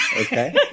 Okay